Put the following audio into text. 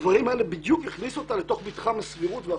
הדברים האלה בדיוק הכניסו אותה למתחם הסבירות והחוקיות.